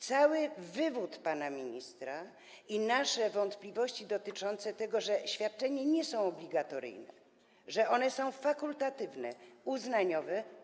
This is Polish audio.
Cały wywód pana ministra potwierdził nasze wątpliwości dotyczące tego, że świadczenia nie są obligatoryjne, że one są fakultatywne, uznaniowe.